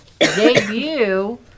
debut